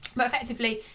but effectively,